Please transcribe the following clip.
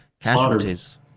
casualties